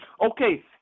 Okay